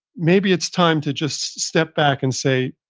maybe it's time to just step back and say,